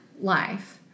life